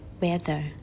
weather